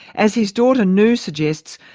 as his daughter noo suggests,